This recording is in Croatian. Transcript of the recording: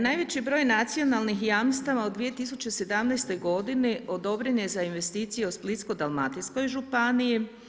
Najveći broj nacionalnih jamstava u 2017. godini odobren je za investicije u Splitsko-dalmatinskoj županiji.